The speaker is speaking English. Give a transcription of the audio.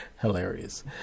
Hilarious